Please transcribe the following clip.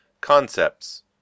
concepts